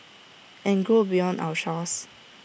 and grow beyond our shores